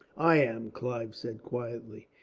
i am, clive said quietly.